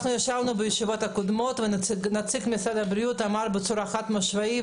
ישבנו בישיבות הקודמות ונציג משרד הבריאות אמר בצורה חד-משמעית,